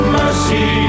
mercy